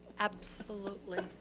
absolutely.